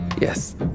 Yes